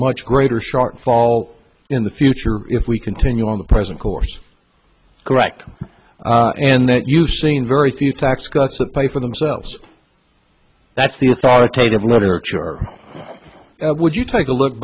much greater shortfall in the future if we continue on the present course correct and that you've seen very few tax cuts that pay for themselves that's the authoritative literature would you take a look